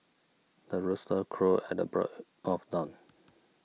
the rooster crows at the break of dawn